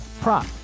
prop